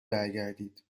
برگردید